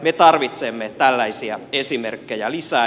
me tarvitsemme tällaisia esimerkkejä lisää